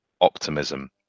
optimism